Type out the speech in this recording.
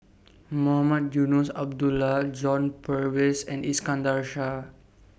Mohamed Eunos Abdullah John Purvis and Iskandar Shah